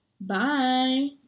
Bye